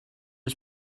are